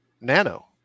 nano